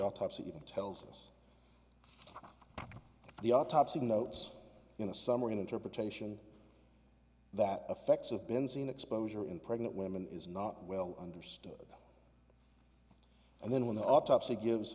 autopsy even tells us the autopsy notes in a summary an interpretation that affects of benzine exposure in pregnant women is not well understood and then when the autopsy gives